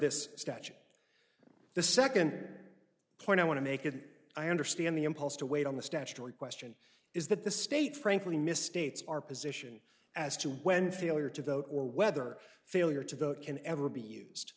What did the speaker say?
statute the second point i want to make it i understand the impulse to wait on the statutory question is that the state frankly misstates our position as to when failure to vote or whether failure to vote can ever be used